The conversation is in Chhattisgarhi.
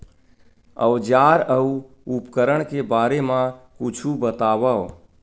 औजार अउ उपकरण के बारे मा कुछु बतावव?